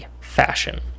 fashion